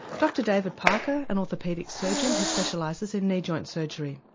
dr david parker an orthopaedic surgeon who specialises in knee joint surgery.